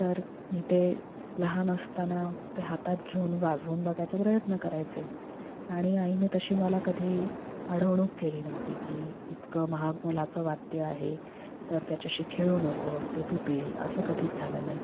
तर मी ते लहान असताना ते हातात घेऊन वाजवून बघायचा प्रयत्न करायचे आणि आईने तशी मला कधी अडवणूक केली नव्हती की इतकं महाग मोलाचं वाद्य आहे तर त्याच्याशी खेळू नकोस ते तुटेल असं कधीच झालं नाही